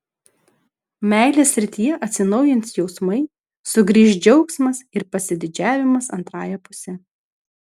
meilės srityje atsinaujins jausmai sugrįš džiaugsmas ir pasididžiavimas antrąja puse